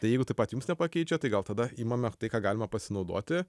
tai jeigu taip pat jums nepakeičia tai gal tada imame tai ką galima pasinaudoti